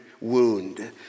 wound